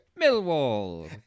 Millwall